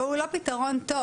והוא לא פתרון טוב.